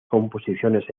composiciones